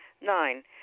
nine